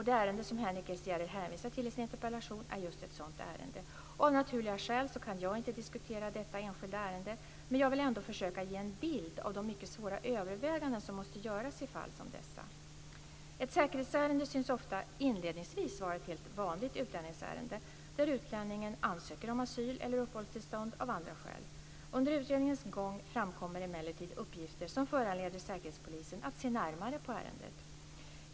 Det ärende som Henrik S Järrel hänvisar till i sin interpellation är just ett sådant ärende. Av naturliga skäl kan jag inte diskutera detta enskilda ärende, men jag vill ändå försöka ge en bild av de mycket svåra överväganden som måste göras i fall som dessa. Ett säkerhetsärende synes ofta inledningsvis vara ett helt vanligt utlänningsärende, där utlänningen ansöker om asyl eller uppehållstillstånd av andra skäl. Under utredningens gång framkommer emellertid uppgifter som föranleder Säkerhetspolisen att se närmare på ärendet.